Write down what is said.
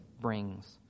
brings